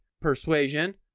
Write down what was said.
Persuasion